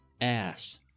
ass